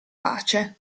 pace